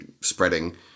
spreading